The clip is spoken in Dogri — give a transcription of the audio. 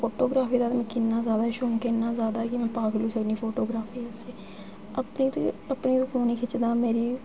फोटो ग्राफी दा मिगी इन्ना जैदा शौक ऐ कि में पागल होई सकनी फोटोग्राफी पिच्छै अपने फोन च खिच्चना मेरी